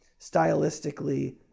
stylistically